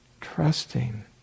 trusting